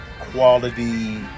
quality